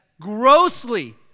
grossly